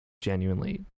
genuinely